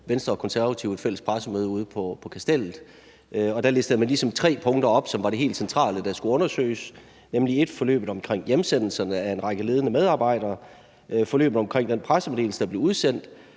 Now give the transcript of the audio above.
Venstre og Konservative i valgkampen et fælles pressemøde ude på Kastellet, og da listede man tre punkter op, som var det helt centrale, der skulle undersøges, nemlig 1) forløbet omkring hjemsendelserne af en række ledende medarbejdere, 2) forløbet omkring den pressemeddelelse, der blev udsendt,